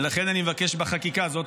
ולכן אני מבקש בחקיקה, זאת